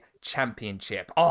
Championship